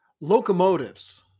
Locomotives